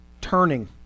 turning